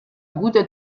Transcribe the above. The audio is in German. bruder